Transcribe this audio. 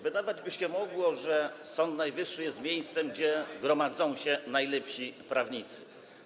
Wydawać by się mogło, że Sąd Najwyższy jest miejscem, gdzie gromadzą się najlepsi prawnicy.